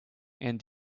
and